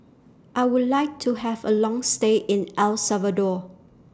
I Would like to Have A Long stay in El Salvador